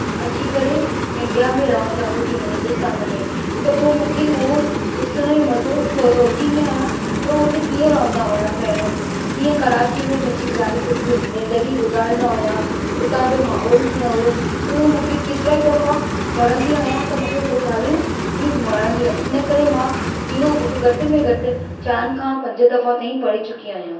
अची करे इंडिया मे रहनि चालू कयो हिंदुस्तान में त पोइ मूंखे उहो ॾिसण में मज़ो सोचिंदी आहियां थो हुते कीअं रहंदा हुया पहिरियों कीअं कराची मे पंहिंजी लाइफ जिंदगी गुजारींदा हुया हुता जो माहोल कीअं हुयो त उहो मूंखे केतिरा ही दफ़ा वणंदी आहियां त मूंखे हो ॻाल्हियूं बि वणंदी आहिनि हिन करे मां इहो बुक घटि मे घटि चाइनि खां पंज दफ़ा ताईं पढ़ी चुकी आहियां